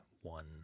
One